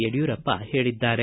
ಯಡಿಯೂರಪ್ಪ ಹೇಳಿದ್ದಾರೆ